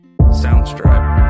Soundstripe